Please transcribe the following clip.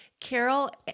Carol